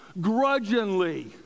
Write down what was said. grudgingly